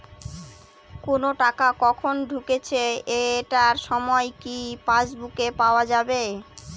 কোনো টাকা কখন ঢুকেছে এটার সময় কি পাসবুকে পাওয়া যাবে?